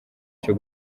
cyo